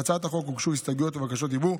להצעת החוק הוגשו הסתייגויות ובקשות דיבור.